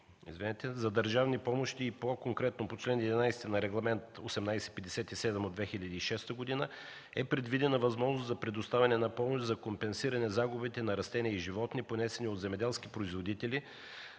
за държавни помощи и по-конкретно по чл. 11 от Регламент 1857 от 2006 г. е предвидена възможност за предоставяне на помощ за компенсиране на загубите на растения и животни, понесени от земеделски производители,